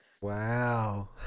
Wow